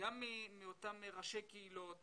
גם מאותם ראשי קהילות